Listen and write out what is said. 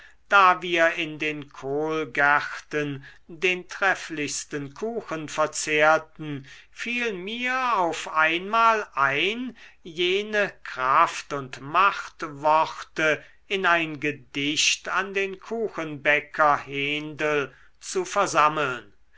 da wir in den kohlgärten den trefflichsten kuchen verzehrten fiel mir auf einmal ein jene kraft und machtworte in ein gedicht an den kuchenbäcker hendel zu versammeln